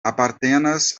apartenas